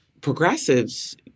progressives